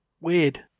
weird